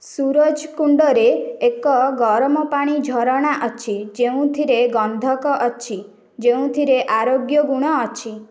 ସୁରଜକୁଣ୍ଡରେ ଏକ ଗରମ ପାଣି ଝରଣା ଅଛି ଯେଉଁଥିରେ ଗନ୍ଧକ ଅଛି ଯେଉଁଥିରେ ଆରୋଗ୍ୟ ଗୁଣ ଅଛି